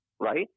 right